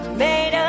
made